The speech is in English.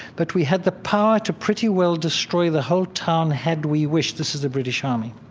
but we had the power to pretty well destroy the whole town had we wished. this is the british army.